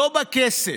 לא בַּכסף.